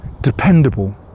dependable